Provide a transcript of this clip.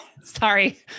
Sorry